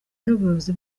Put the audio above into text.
n’ubuyobozi